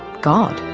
god.